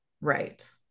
Right